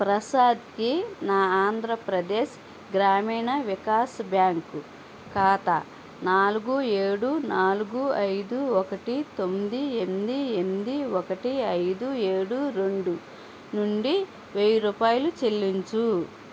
ప్రసాద్కి నా ఆంధ్రప్రదేశ్ గ్రామీణ వికాస్ బ్యాంక్ ఖాతా నాలుగు ఏడు నాలుగు ఐదు ఒకటి తొమ్మిది ఎనిమిది ఎంది ఒకటి ఐదు ఏడు రెండు నుండి వెయ్యి రూపాయలు చెల్లించు